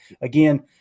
again